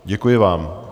Děkuji vám.